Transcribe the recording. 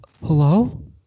Hello